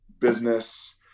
business